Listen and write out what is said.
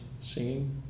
singing